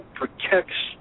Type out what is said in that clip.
protects